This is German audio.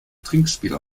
trinkspiel